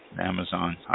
Amazon